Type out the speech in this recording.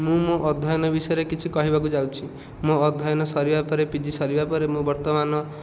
ମୁଁ ମୋ ଅଧ୍ୟୟନ ବିଷୟରେ କିଛି କହିବାକୁ ଯାଉଛି ମୋ ଅଧ୍ୟୟନ ସରିବା ପରେ ପିଜି ସରିବା ପରେ ମୁଁ ବର୍ତ୍ତମାନ